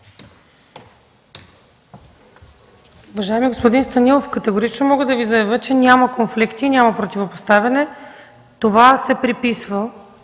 Уважаеми господин Станилов, категорично мога да Ви заявя, че няма конфликти и няма противопоставяне. Това се приписва